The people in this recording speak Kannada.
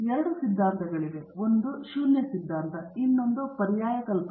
ಧಾಂತ ಮತ್ತು ಇನ್ನೊಂದು ಪರ್ಯಾಯ ಕಲ್ಪನೆ